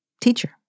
teacher